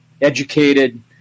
educated